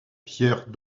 pierre